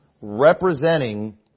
representing